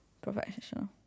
professional